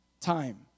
time